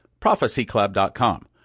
prophecyclub.com